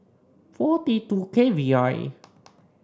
four T two K V R A